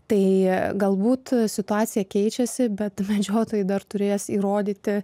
tai galbūt situacija keičiasi bet medžiotojai dar turės įrodyti